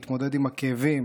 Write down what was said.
להתמודד עם הכאבים,